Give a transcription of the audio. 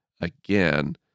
again